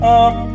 up